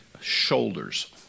shoulders